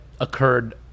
occurred